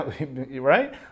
right